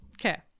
Okay